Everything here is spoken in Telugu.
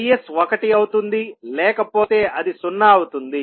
Is 1 అవుతుంది లేకపోతే అది సున్నా అవుతుంది